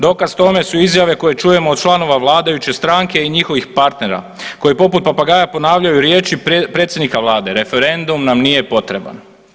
Dokaz tome su izjave koje čujemo od članova vladajuće stranke i njihovih partnera koji poput papagaja ponavljaju riječi predsjednika Vlade, referendum nam nije potreban.